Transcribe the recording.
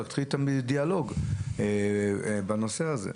להתחיל איתם דיאלוג בנושא הזה.